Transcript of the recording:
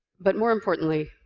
but more importantly,